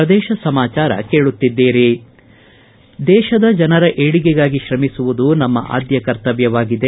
ಪ್ರದೇಶ ಸಮಾಚಾರ ಕೇಳುತ್ತಿದ್ದೀರಿ ದೇಶದ ಜನರ ಏಳಿಗೆಗಾಗಿ ತ್ರಮಿಸುವುದು ನಮ್ಮ ಆದ್ಯ ಕರ್ತವ್ಯವಾಗಿದೆ